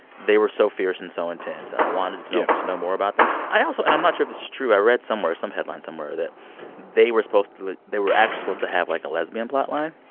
they were so fierce and so intense, and i wanted to to um know more about them. i also and i'm not sure this is true i read somewhere, some headline somewhere that they were supposed to they were actually supposed to have, like, a lesbian plotline.